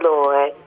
Lord